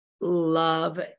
love